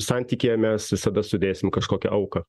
santykyje mes visada sudėsim kažkokią auką